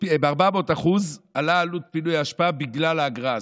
ב-400% עלתה עלות פינוי האשפה בגלל האגרה הזאת.